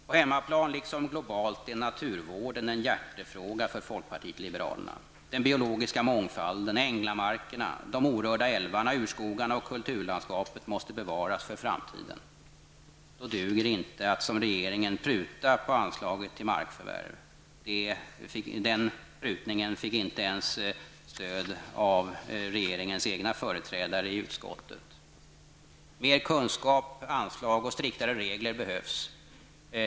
På hemmaplan liksom globalt är naturvården en hjärtefråga för folkpartiet liberalerna. Den biologiska mångfalden, änglamarkerna, de orörda älvarna, urskogarna och kulturlandskapet måste bevaras för framtiden. Då duger det inte att, som regeringen, pruta på anslaget till markförvärv. Den prutningen fick inte ens stöd av regeringens egna företrädare i utskottet. Det behövs mer kunskap, ökade anslag och striktare regler.